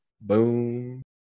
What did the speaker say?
Boom